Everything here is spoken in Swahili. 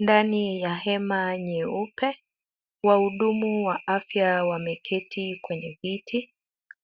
Ndani ya hema nyeupe wahudumu wa afya wameketi kwenye viti